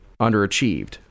underachieved